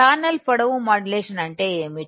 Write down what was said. channel పొడవు modulation అంటే ఏమిటి